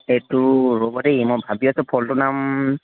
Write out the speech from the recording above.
এইটো ৰ'ব দেই মই ভাবি আছোঁ ফলটোৰ নাম